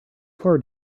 forward